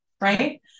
right